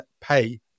pay